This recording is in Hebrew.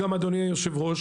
אדוני היושב-ראש,